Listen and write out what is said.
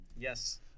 Yes